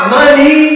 money